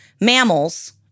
mammals